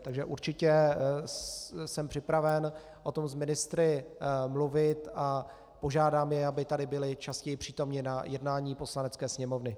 Takže určitě jsem připraven o tom s ministry mluvit a požádám je, aby tady byli častěji přítomni na jednání Poslanecké sněmovny.